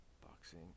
Boxing